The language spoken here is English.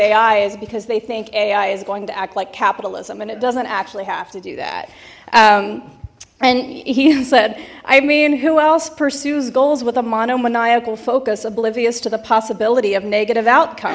is because they think ai is going to act like capitalism and it doesn't actually have to do that and he said i mean who else pursues goals with a monomaniacal focus oblivious to the possibility of negative outcome